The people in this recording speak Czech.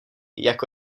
jako